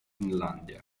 finlandia